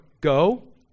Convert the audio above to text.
go